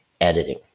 editing